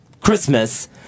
Christmas